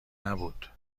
نبود